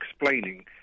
explaining